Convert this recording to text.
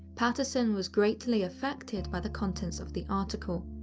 patterson was greatly affected by the content's of the article.